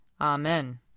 Amen